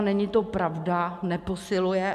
Není to pravda, neposiluje.